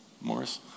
Morris